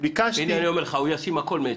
הינה אני אומר לך: הוא ישים הכול מאצלו.